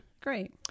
Great